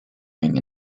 ring